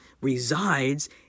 resides